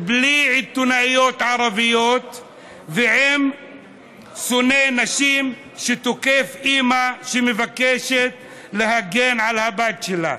בלי עיתונאיות ערביות ועם שונא נשים שתוקף אימא שמבקשת להגן על הבת שלה,